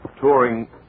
Touring